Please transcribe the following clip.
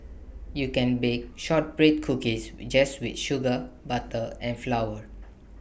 you can bake Shortbread Cookies just with sugar butter and flour